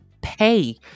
pay